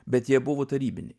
bet jie buvo tarybiniai